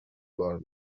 بار